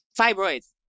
fibroids